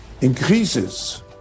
increases